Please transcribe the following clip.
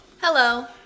Hello